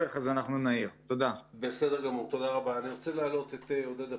על ערבות מדינה כזו או אחרת להלוואות שניתנות לעסקים